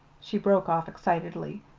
she broke off excitedly.